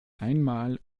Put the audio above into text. einmal